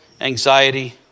anxiety